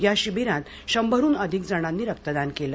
या शिबीरात शंभरहन अधिक जणांनी रक्तदान केले